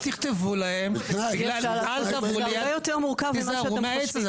אז תכתבו להם תיזהרו מהעץ הזה,